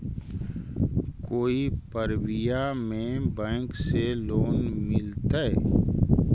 कोई परबिया में बैंक से लोन मिलतय?